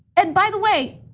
and by the way,